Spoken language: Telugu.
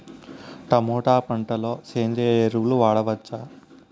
టమోటా పంట లో సేంద్రియ ఎరువులు వాడవచ్చా?